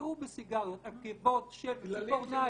נמצאו בסיגריות עקבות של ציפורניים,